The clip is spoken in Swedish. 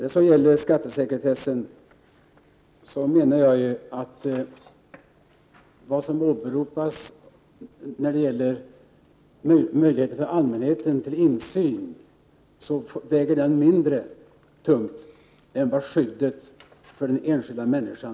När det gäller skattesekretessen menar jag att den möjlighet till insyn för allmänheten som åberopas väger mindre tungt än skyddet för den enskilda människan.